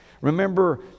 Remember